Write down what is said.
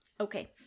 Okay